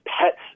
pets